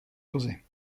kozy